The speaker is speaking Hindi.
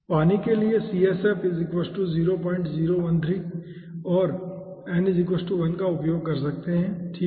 पानी के लिए 0 013 और n 1 का उपयोग कर सकते हैं ठीक है